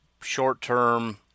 short-term